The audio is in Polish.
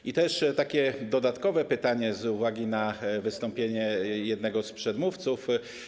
Zadam też takie dodatkowe pytanie z uwagi wystąpienie jednego z przedmówców: